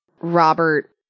Robert